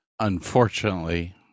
Unfortunately